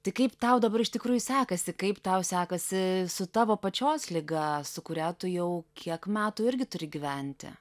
tai kaip tau dabar iš tikrųjų sekasi kaip tau sekasi su tavo pačios liga su kuria tu jau kiek metų irgi turi gyventi